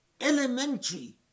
Elementary